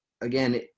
again